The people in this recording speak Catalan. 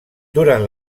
durant